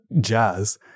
jazz